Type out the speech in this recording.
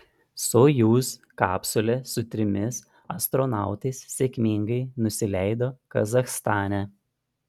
sojuz kapsulė su trimis astronautais sėkmingai nusileido kazachstane